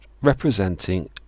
representing